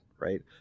right